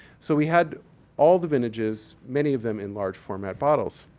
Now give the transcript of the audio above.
so, we had all the vintages, many of them in large format bottles.